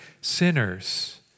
sinners